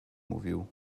mówił